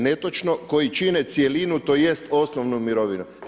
Netočno, koji čine cjelinu tj. osnovnu mirovinu.